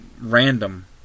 random